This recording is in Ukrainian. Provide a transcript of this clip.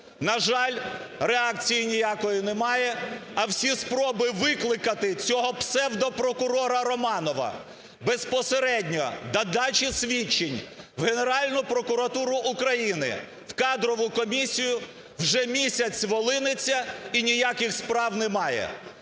На жаль, реакції ніякої немає. А всі спроби викликати цього псевдо-прокурора Романова безпосередньо для дачі свідчень в Генеральну прокуратуру України, в кадрову комісію, вже місяць волиниться – і ніяких справ немає.